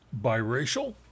biracial